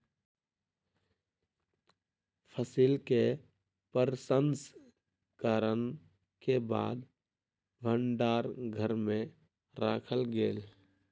फसिल के प्रसंस्करण के बाद भण्डार घर में राखल गेल